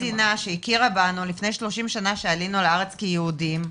אותה מדינה שהכירה בנו לפני 30 שנה שעלינו לארץ כיהודים,